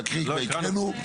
לא, הקראנו.